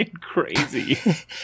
Crazy